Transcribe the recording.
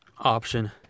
option